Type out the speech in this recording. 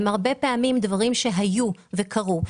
הן הרבה פעמים דברים שהיו וקרו.